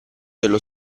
dello